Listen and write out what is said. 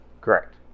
Correct